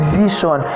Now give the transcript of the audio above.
vision